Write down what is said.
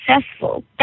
successful